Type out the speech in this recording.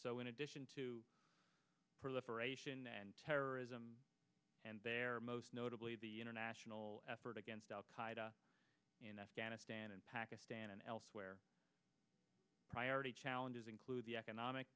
so in addition to proliferation and terrorism and there are most notably the international effort against al qaida in afghanistan and pakistan and elsewhere priority challenges include the economic